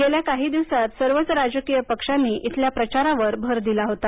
गेल्या काही दिवसांत सर्वच राजकीय पक्षांनी इथल्या प्रचारावर भर दिला होता